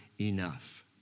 enough